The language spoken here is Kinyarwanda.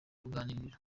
ruganiriro